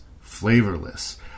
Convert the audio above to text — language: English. flavorless